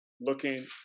looking